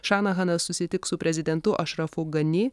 šanahanas susitiks su prezidentu ašrafu gani